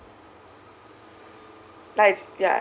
like it's yah